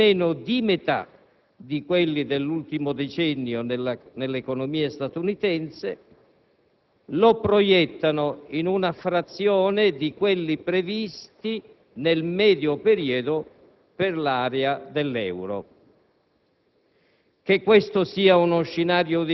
Lo indicano in meno di metà di quelli dell'ultimo decennio nell'economia statunitense, lo proiettano in una frazione di quelli previsti nel medio periodo per l'area dell'euro.